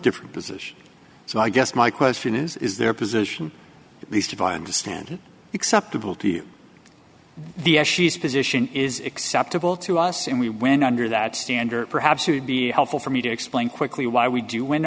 different position so i guess my question is is there a position at least vying to stand acceptable to you the as she's position is acceptable to us and we win under that standard perhaps it would be helpful for me to explain quickly why we do wen